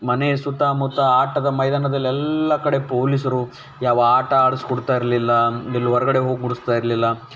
ಮನೆಯ ಸುತ್ತಾಮುತ್ತ ಆಟದ ಮೈದಾನದಲ್ಲಿ ಎಲ್ಲ ಕಡೆ ಪೊಲೀಸರು ಯಾವ ಆಟ ಆಡಿಸಿ ಕೊಡ್ತಾಯಿರಲಿಲ್ಲ ಎಲ್ಲೂ ಹೊರ್ಗಡೆ ಹೋಗ ಗೊಡಿಸ್ತಾಯಿರ್ಲಿಲ್ಲ